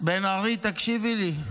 בן ארי, תקשיבי לי.